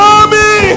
army